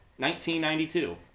1992